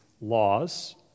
laws